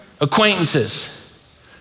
acquaintances